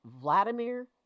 Vladimir